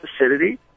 acidity